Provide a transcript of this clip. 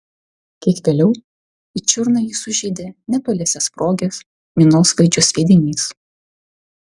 kiek vėliau į čiurną jį sužeidė netoliese sprogęs minosvaidžio sviedinys